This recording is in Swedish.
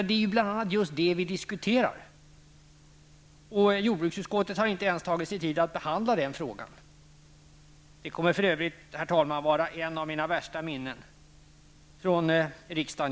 Det är bl.a. just därför vi debatterar i dag. Jordbruksutskottet har inte ens tagit sig tid att behandla frågan. Det kommer för övrigt, herr talman, vara ett av mina värsta minnen från riksdagen.